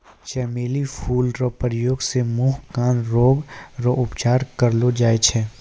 चमेली फूल रो प्रयोग से मुँह, कान रोग रो उपचार करलो जाय छै